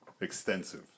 extensive